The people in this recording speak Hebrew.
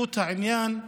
חשיבות העניין,